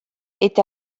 eta